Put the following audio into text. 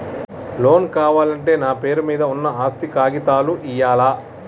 Loan కావాలంటే నా పేరు మీద ఉన్న ఆస్తి కాగితాలు ఇయ్యాలా?